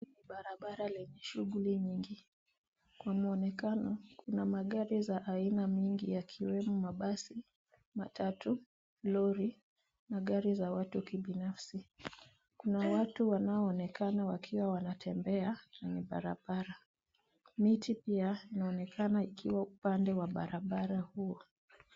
Barabara lenye shughuli nyingi. Kwa muonekano kuna magari za aina mingi yakiwemo mabasi, matatu, lori na gari za watu kibinafsi. Kuna watu wanaonekana wakiwa wanatembea kwenye barabara. Miti pia ina onekana ikiwa upande wa barabara huo.